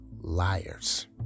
liars